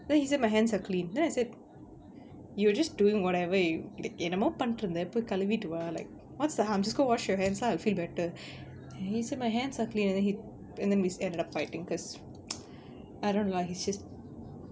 then he said my hands are clean then I said you're just doing whatever you என்னமோ பண்டிருந்த போய் கழிவிட்டு வா:ennamo pantiruntha poi kalivittu va like what's the harm just go wash your hands lah you'll feel better he said my hands are clean and then he and then we just ended up fighting cos I don't know lah he says